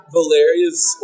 Valeria's